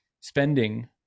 spending